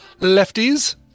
lefties